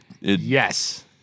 Yes